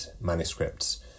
manuscripts